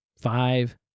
Five